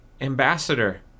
ambassador